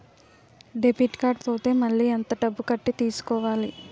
Debit card పోతే మళ్ళీ ఎంత డబ్బు కట్టి తీసుకోవాలి?